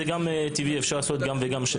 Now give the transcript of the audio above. זה טבעי, אפשר לעשות גם וגם.